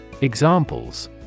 Examples